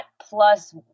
plus